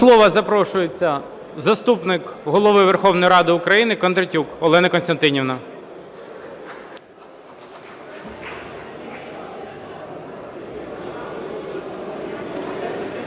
слова запрошується заступник Голови Верховної Ради України Кондратюк Олена Костянтинівна.